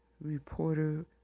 reporter